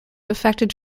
affected